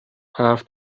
حرف